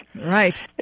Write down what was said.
Right